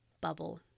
bubble